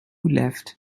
left